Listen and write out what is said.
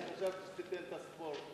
אני חשבתי שתיתן את הספורט.